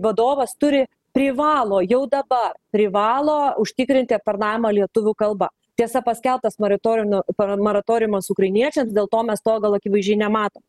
vadovas turi privalo jau dabar privalo užtikrinti aptarnavimą lietuvių kalba tiesa paskelbtas maritorinio moratoriumas ukrainiečiams dėl to mes to gal akivaizdžiai nematom